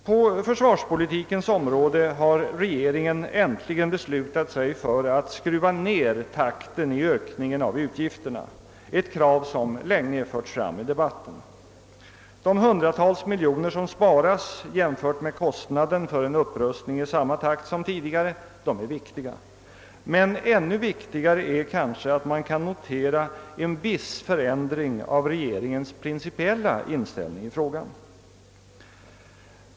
På försvarspolitikens område har regeringen äntligen beslutat sig för att skruva ned takten i ökningen av utgifterna, ett krav som länge förts fram i debatten. De hundratals miljoner som sparas jämfört med kostnaden för en upprustning i samma takt som tidigare är viktiga, men ännu viktigare är kanske att man kan notera en viss för ändring av regeringens principiella inställning i frågan.